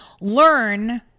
learn